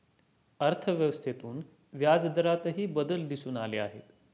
अर्थव्यवस्थेतून व्याजदरातही बदल दिसून आले आहेत